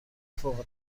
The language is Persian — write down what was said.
فوق